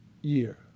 year